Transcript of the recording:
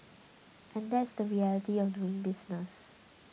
and that's the reality of doing business